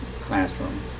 classroom